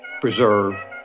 preserve